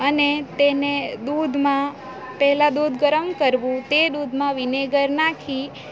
અને તેને દૂધમાં પહેલાં દૂધ ગરમ કરવું તે દૂધમાં વિનેગર નાખી